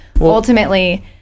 ultimately